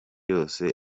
yose